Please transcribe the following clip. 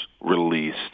released